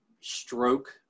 stroke